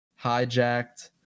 hijacked